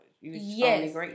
Yes